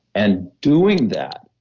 and doing that,